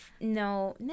No